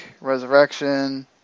Resurrection